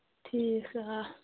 ٹھیٖک آ